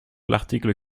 l’article